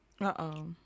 Uh-oh